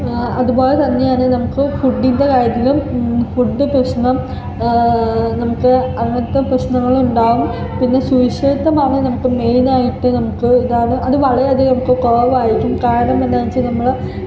അതുപോലെ തന്നെയാണ് നമുക്ക് ഫുഡിന്റെ കാര്യത്തിലും ഫുഡ് പ്രശ്നം നമുക്ക് അങ്ങനത്തെ പ്രശ്നങ്ങള് ഉണ്ടാവും പിന്നെ സുരക്ഷിതത്വമാണ് നമുക്ക് മെയിനായിട്ട് നമുക്ക് ഇതാണ് അത് വളരെയധികം നമുക്ക് കുറവായിരിക്കും കാരണംന്ന് വെച്ചാൽ നമ്മൾ